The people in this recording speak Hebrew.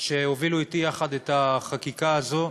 שהובילו אתי יחד את החקיקה הזאת,